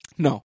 No